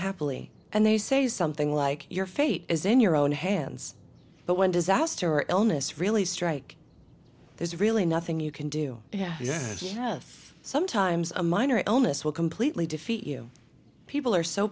happily and they say something like your fate is in your own hands but when disaster illness really strike there's really nothing you can do yes you have sometimes a minor illness will completely defeat you people are so